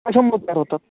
कशामुळं तयार होतात